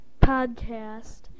podcast